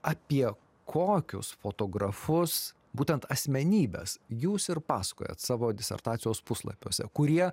apie kokius fotografus būtent asmenybes jūs ir pasakojat savo disertacijos puslapiuose kurie